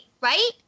Right